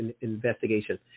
investigation